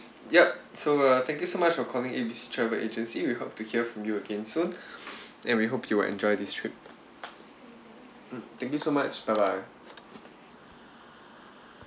yup so uh thank you so much for calling A B C travel agency we hope to hear from you again soon and we hope you will enjoy this trip mm thank you so much bye bye